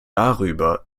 darüber